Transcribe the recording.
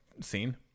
scene